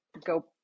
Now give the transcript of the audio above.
go